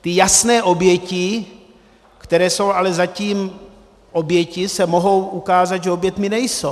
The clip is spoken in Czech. Ty jasné oběti, které jsou ale zatím oběti, se mohou ukázat, že oběťmi nejsou.